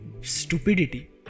stupidity